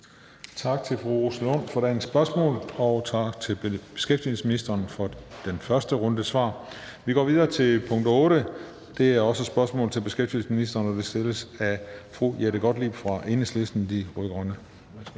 Tak til fru Rosa Lund for dagens spørgsmål, og tak til beskæftigelsesministeren for den første runde svar. Vi går videre til punkt 8. Det er også et spørgsmål til beskæftigelsesministeren, og det stilles af fru Jette Gottlieb fra Enhedslisten – De Rød-Grønne.